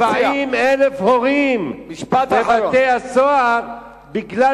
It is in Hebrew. צריך להכניס 40,000 הורים לבתי-הסוהר בגלל